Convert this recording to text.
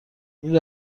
این